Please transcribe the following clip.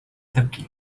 تبكي